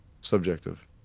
subjective